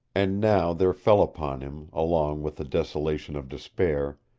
and now there fell upon him, along with the desolation of despair,